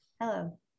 Hello